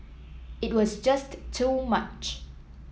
it was just too much